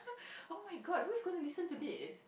oh-my-god who is going to listen to this